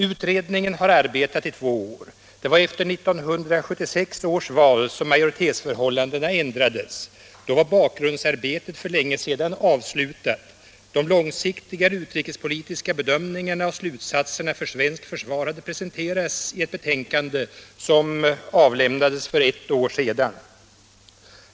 Utredningen har arbetat i två år. Det var efter 1976 års val som majoritetsförhållandena ändrades. Då var bakgrundsarbetet för länge sedan avslutat. De långsiktigare utrikespolitiska bedömningarna och slutsatserna för svenskt försvar hade presenterats i ett betänkande som avlämnats för ett år sedan.